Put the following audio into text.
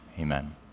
amen